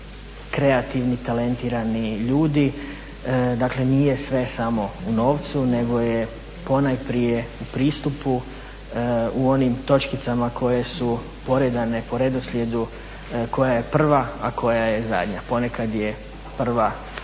kreativni, talentirani ljudi. Dakle nije sve samo u novcu, nego je ponajprije u pristupu, u onim točkicama koje su poredane po redoslijedu koja je prva, a koja je zadnja. Ponekad je prva